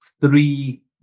three